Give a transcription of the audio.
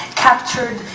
captured,